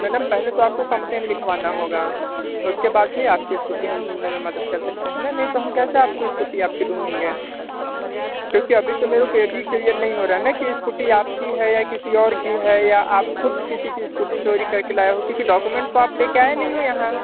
madam पहले तो आपको कंप्लेन लिखवाना होगा उसके बाद ही आपकी स्कूटी हम ढूंढने में मदद कर सकते हैं नहीं तो हम कैसे आपको स्कूटी आपकी ढूंढेंगे क्योंकि अभी तो मेरे को ये भी क्लियर नहीं हो रहा ना कि स्कूटी आपकी है या किसी और की है या आप ख़ुद किसी की स्कूटी चोरी कर के लाए हो क्योंकि डॉकोमेंट तो आप ले कर आए नहीं हो यहाँ